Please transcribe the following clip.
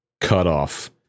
cutoff